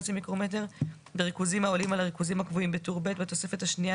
מיקרומטר בריכוזים העולים על הריכוזים הקבועים בטור ב' בתוספת השנייה,